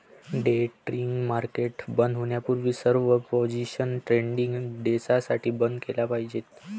day trading market बंद होण्यापूर्वी सर्व पोझिशन्स ट्रेडिंग डेसाठी बंद केल्या पाहिजेत